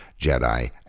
Jedi